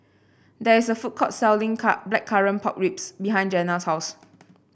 there is a food court selling Blackcurrant Pork Ribs behind Jena's house